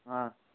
हाँ